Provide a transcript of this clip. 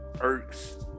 irks